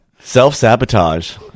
Self-sabotage